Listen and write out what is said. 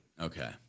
Okay